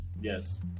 yes